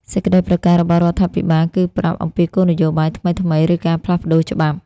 សេចក្តីប្រកាសរបស់រដ្ឋាភិបាលគឺប្រាប់ អំពីគោលនយោបាយថ្មីៗ ឬការផ្លាស់ប្ដូរច្បាប់។